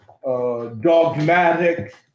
dogmatic